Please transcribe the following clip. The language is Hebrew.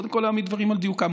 קודם כול להעמיד דברים על דיוקם,